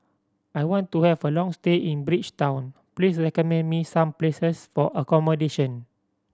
I want to have a long stay in Bridgetown please recommend me some places for accommodation